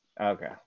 Okay